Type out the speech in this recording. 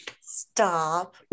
Stop